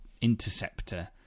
Interceptor